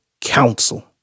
Counsel